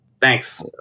thanks